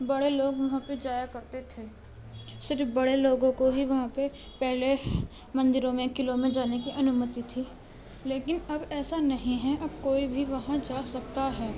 بڑے لوگ وہاں پہ جایا کرتے تھے صرف بڑے لوگوں کو ہی وہاں پہ پہلے مندروں میں قلعوں میں جانے کی انومتی تھی لیکن اب ایسا نہیں ہے اب کوئی بھی وہاں جا سکتا ہے